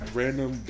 random